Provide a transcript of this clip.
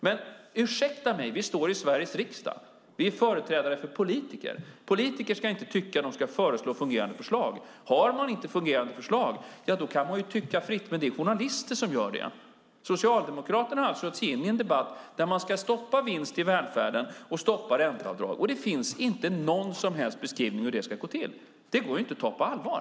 Men, ursäkta mig, vi står i Sveriges riksdag. Vi är företrädare för politiker. Politiker ska inte tycka, de ska föreslå fungerande förslag. Har man inte fungerande förslag kan man ju tycka fritt, men det är journalister som gör det. Socialdemokraterna har alltså gett sig in i en debatt om att man ska stoppa vinst i välfärden och stoppa ränteavdrag, men det finns inte någon som helst beskrivning av hur det ska gå till. Det går inte att ta på allvar.